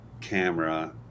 camera